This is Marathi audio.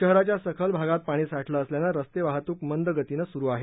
शहराच्या सखल भागात पाणी साठलं असल्यानं रस्ते वाहतूक मंद गतीनं सुरु आहे